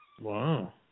Wow